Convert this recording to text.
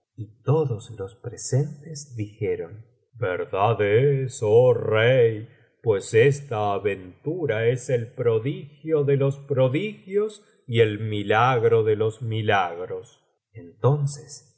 todos los presentes dijeron verdad es oh rey pues esta aventura es el prodigio de los prodigios y el milagro de los milagros entonces